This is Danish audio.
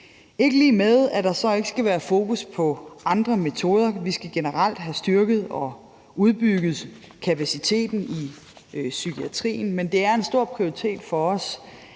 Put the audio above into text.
ikke lig med, at der så ikke skal være fokus på andre metoder. Vi skal generelt have styrket og udbygget kapaciteten i psykiatrien, men det er en stor prioritet for os,